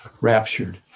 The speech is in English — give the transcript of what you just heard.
raptured